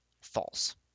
false